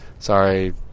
Sorry